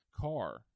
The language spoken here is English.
car